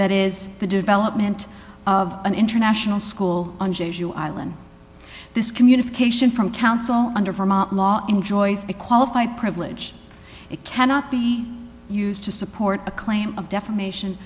that is the development of an international school to island this communication from council under former law enjoys the qualify privilege it cannot be used to support a claim of defamation